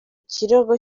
kirego